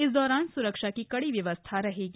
इस दौरान सुरक्षा की कड़ी व्यवस्था रहेगी